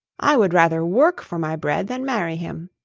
i would rather work for my bread than marry him.